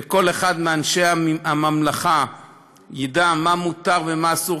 וכל אחד מאנשי הממלכה ידע מה מותר ומה אסור,